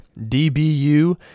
DBU